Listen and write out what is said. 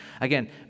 Again